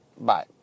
Bye